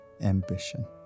ambition